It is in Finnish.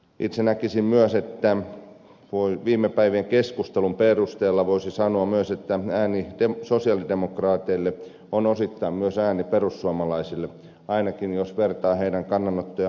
itse näkisin myös että viime päivien keskustelun perusteella voisi sanoa myös että ääni sosialidemokraateille on osittain myös ääni perussuomalaisille ainakin jos vertaa heidän kannanottojaan maahanmuuttopolitiikkaan